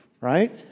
right